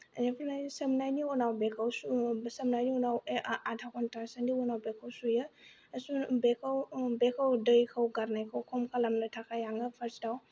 बेनिफ्राय सोमनायनि उनाव बेखौ सोमनायनि उनाव आधा घन्टासोनि उनाव बेखौ सुयो बेखौ बेखौ दैखौ गारनायखौ खम खालामनो थाखाय आङो फार्स्टआव